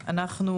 היא שאנחנו